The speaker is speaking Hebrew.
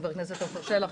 חבר הכנסת עפר שלח,